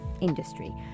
industry